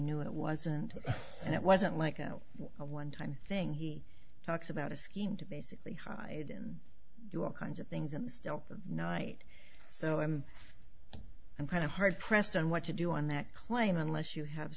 knew it wasn't and it wasn't like oh a one time thing he talks about a scheme to basically hide and do all kinds of things in the stealth of night so i'm i'm kind of hard pressed on what to do on that claim unless you have